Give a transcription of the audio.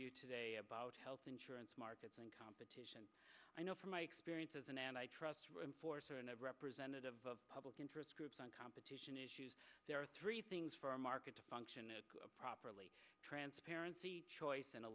you today about health insurance markets and competition i know from my experience as an antitrust room for sort of representative of public interest groups on competition issues there are three things for a market to function properly transparency choice and a